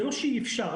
זה לא שאי אפשר,